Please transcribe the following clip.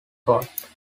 court